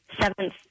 seventh